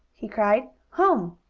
he cried. home!